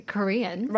Korean